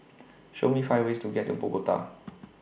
Show Me five ways to get to Bogota